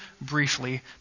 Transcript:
briefly